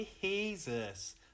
Jesus